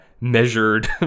measured